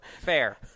Fair